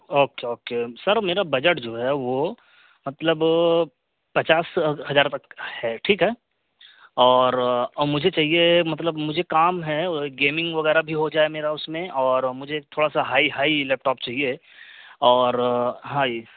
okay okay sir میرا budget جو ہے وہ مطلب پچاس ہزار تک ہے ٹھیک ہے اور اور مجھے چاہیے مطلب مجھے کام ہے گیمنگ وغیرہ بھی ہو جائے میرا اس میں اور مجھے تھوڑا سا ہائی ہائی لیپ ٹاپ چاہیے اور ہائی